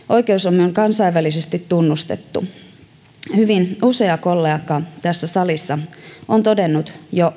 oikeus on myös kansainvälisesti tunnustettu hyvin usea kollega tässä salissa on todennut jo